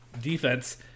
defense